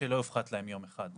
שלא הופחת להם יום אחד.